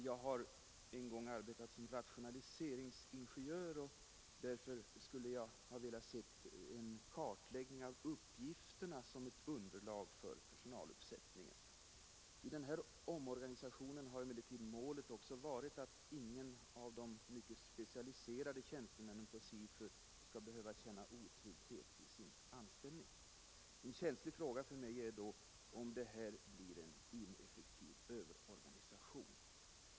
Jag har en gång arbetat som rationaliseringsingenjör, och därför skulle jag ha velat ha en kartläggning av uppgifterna som ett underlag för personaluppsättningen. I den här omorganisationen har emellertid målet också varit att ingen av de mycket specialiserade tjänstemännen på SIFU skall behöva känna otrygghet i sin anställning. En känslig fråga för mig är då om det här blir en ineffektiv överorganisation.